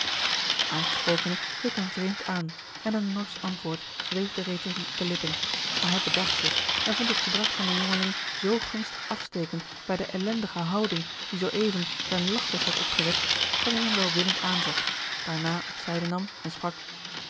de aangesprokene keek hem vreemd aan en een norsch antwoord zweefde reeds hem op de lippen maar hij bedacht zich en vond het gedrag van den jongeling zoo gunstig afstekend bij de ellendige houding die zoo even zijn lachlust had opgewekt dat hij hem welwillend aanzag daarna op zijde nam en sprak